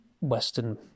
Western